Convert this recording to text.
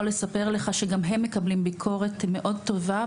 לספר לך שגם הם מקבלים ביקורת מאוד טובה.